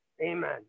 amen